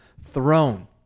throne